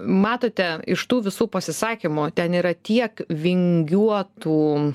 matote iš tų visų pasisakymų ten yra tiek vingiuotų